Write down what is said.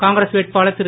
காங்கிரஸ் வேட்பாளர் திரு